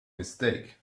mistake